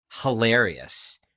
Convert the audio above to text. hilarious